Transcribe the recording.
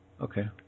Okay